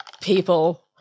people